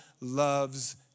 loves